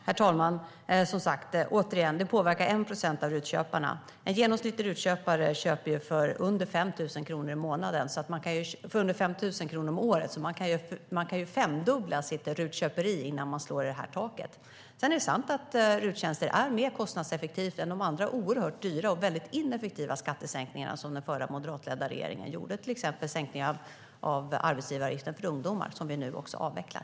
Herr talman! Det påverkar som sagt 1 procent av RUT-köparna. En genomsnittlig RUT-köpare köper för under 5 000 kronor om året, så de flesta kan femdubbla sitt RUT-köpande innan man slår i taket. Det är sant att RUT-avdraget är mer kostnadseffektivt än de andra väldigt dyra och ineffektiva skattesänkningarna som den förra moderatledda regeringen gjorde, till exempel sänkningen av arbetsgivaravgiften för ungdomar, vilken vi nu avvecklar.